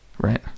Right